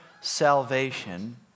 salvation